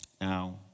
now